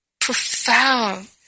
profound